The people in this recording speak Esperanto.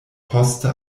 poste